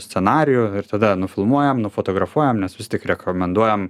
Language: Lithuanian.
scenarijų ir tada nufilmuojam nufotografuojam nes vis tik rekomenduojam